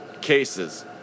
cases